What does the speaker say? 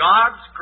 God's